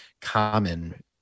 common